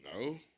No